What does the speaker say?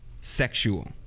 sexual